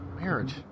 Marriage